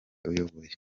uyoboye